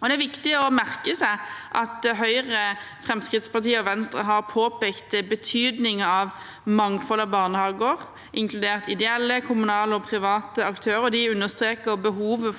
Det er viktig å merke seg at Høyre, Fremskrittspartiet og Venstre har påpekt betydningen av et mangfold av barnehager, inkludert ideelle, kommunale og private aktører. De understreker behovet for